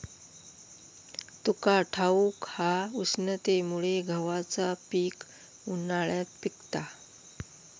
तुका ठाऊक हा, उष्णतेमुळे गव्हाचा पीक उन्हाळ्यात पिकता